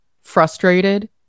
frustrated